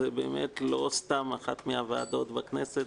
זה באמת לא סתם אחת מהוועדות בכנסת,